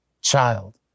child